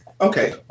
Okay